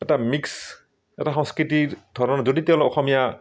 এটা মিক্স এটা সংস্কৃতিৰ ধৰণ যদি তেওঁলোক অসমীয়া